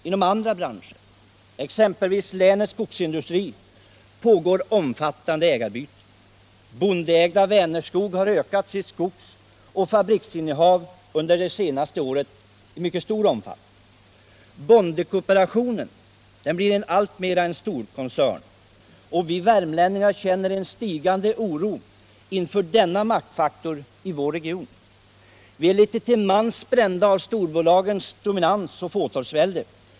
Inom andra branscher, exempelvis länets skogsindustri, pågår omfattande ägarbyten. Bondeägda Vänerskog har ökat sitt skogsoch fabriksinnehav under det senaste året i mycket stor omfattning. Bondekooperation blir alltmer en storkoncern, och vi värmlänningar känner en stigande oro inför denna maktfaktor i vår region. Vi är litet till mans brända av storbolagens dominans och fåtalsvälde.